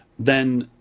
then